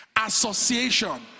association